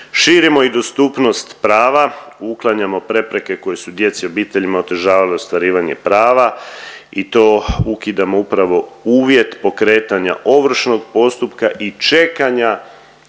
Širimo i dostupnost prava, uklanjamo prepreke koje su djeci i obiteljima otežavale ostvarivanje prava i to ukidamo upravo uvjet pokretanja ovršnog postupka i čekanja